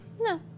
No